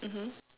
mmhmm